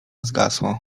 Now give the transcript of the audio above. zgasło